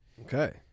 Okay